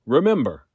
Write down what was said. Remember